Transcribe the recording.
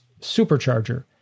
supercharger